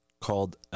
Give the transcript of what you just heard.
called